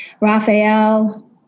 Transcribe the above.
Raphael